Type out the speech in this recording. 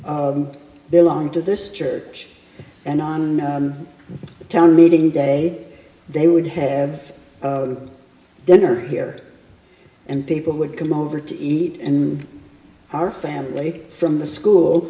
belong to this church and on the town meeting day they would have dinner here and people would come over to eat and our family from the school